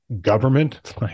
government